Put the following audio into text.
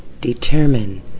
determine